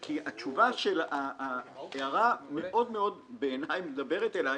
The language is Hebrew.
כי התשובה של ההערה מאוד מאוד מדברת אליי,